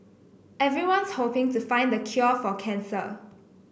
everyone's hoping to find the cure for cancer